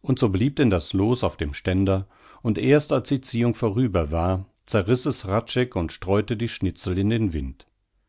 und so blieb denn das loos auf dem ständer und erst als die ziehung vorüber war zerriß es hradscheck und streute die schnitzel in den wind